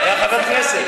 היה חבר כנסת.